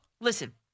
listen